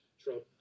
Trump